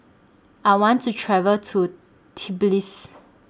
I want to travel to Tbilisi